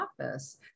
office